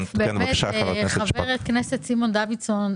באמת חבר הכנסת סימון דוידסון,